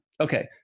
okay